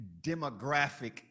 demographic